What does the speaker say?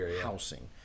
housing